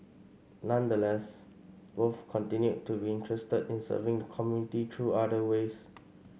nonetheless both continue to be interested in serving the community through other ways